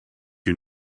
you